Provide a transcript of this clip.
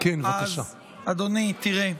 אז אדוני, תראה,